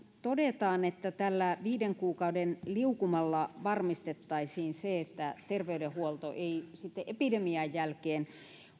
todetaan että tällä viiden kuukauden liukumalla varmistettaisiin se että terveydenhuolto ei sitten epidemian jälkeen